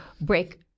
break